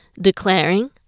declaring